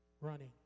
running